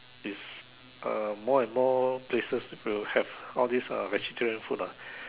it's uh more and more places will have all these uh vegetarian food lah